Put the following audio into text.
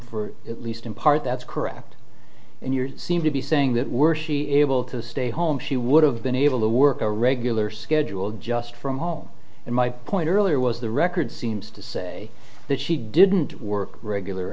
for at least in part that's correct and your seem to be saying that were she able to stay home she would have been able to work a regular schedule just from home and my point earlier was the record seems to say that she didn't work regular